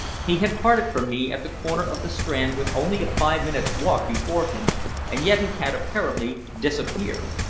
he had parted from me at the corner of the strand with only a five minutes' walk before him, and yet he had apparently disappeared.